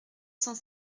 cent